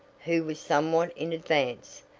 who was somewhat in advance.